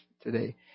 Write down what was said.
today